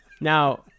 now